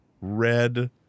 red